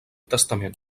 testament